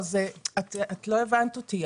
את לא הבנת אותי.